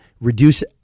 reduce